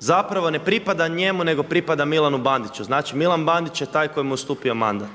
zapravo ne pripada njemu, nego pripada Milanu Bandiću. Znači, Milan Bandić je taj koji mu je ustupio mandat.